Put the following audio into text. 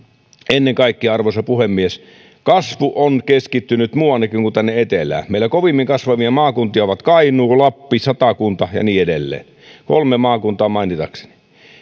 ennen kaikkea arvoisa puhemies kasvu on keskittynyt muuannekin kuin tänne etelään meillä kovimmin kasvavia maakunta ovat kainuu lappi satakunta ja niin edelleen kolme maakuntaa mainitakseni